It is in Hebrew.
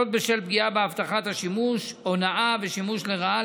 זאת, בשל פגיעה באבטחת השימוש, הונאה ושימוש לרעה.